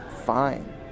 fine